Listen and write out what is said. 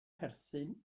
perthyn